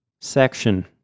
section